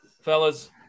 fellas